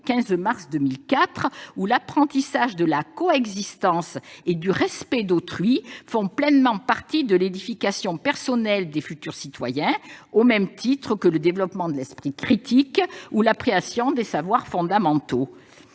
15 mars 2004, où l'apprentissage de la coexistence et du respect d'autrui fait pleinement partie de l'édification personnelle des futurs citoyens, au même titre que le développement de l'esprit critique ou l'appréhension des savoirs fondamentaux.